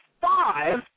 five